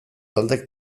taldek